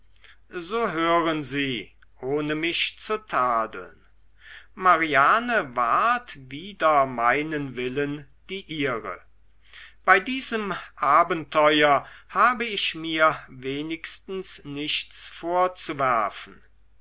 so hören sie ohne mich zu tadeln mariane ward wider meinen willen die ihre bei diesem abenteuer habe ich mir wenigstens nichts vorzuwerfen